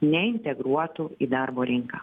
neintegruotų į darbo rinką